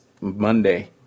Monday